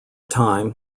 time